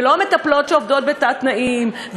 ולא מטפלות שעובדות בתת-תנאים,